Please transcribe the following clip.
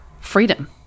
freedom